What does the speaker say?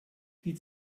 die